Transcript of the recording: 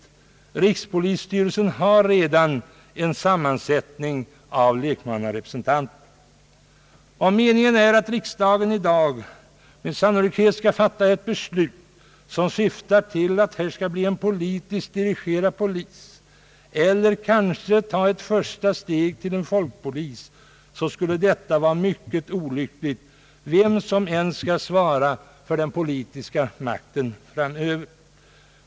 I rikspolisstyrelsen ingår redan lekmannarepresentanter. Om meningen är att riksdagen i dag med sannolikhet skall fatta ett beslut som syftar till att vi får en politiskt dirigerad polis eller kanske tar ett första steg mot en folkpolis, skulle detta vara mycket olyckligt, vem som än skall svara för den politiska makten framöver.